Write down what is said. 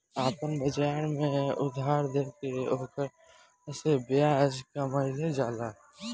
आपना बाजार में उधार देके ओकरा से ब्याज कामईल जाला